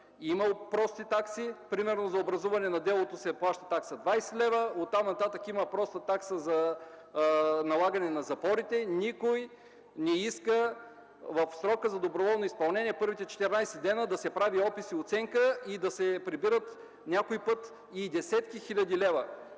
Има прости такси, примерно за образуване на делото се плаща такса 20 лв., оттам-нататък има проста такса за налагане на запорите. Никой не иска в срока за доброволно изпълнение – първите 14 дни да се прави опис и оценка и да се прибират някой път и десетки хиляди лева.